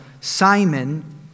Simon